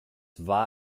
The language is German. war